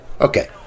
Okay